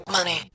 Money